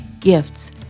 gifts